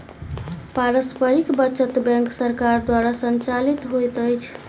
पारस्परिक बचत बैंक सरकार द्वारा संचालित होइत अछि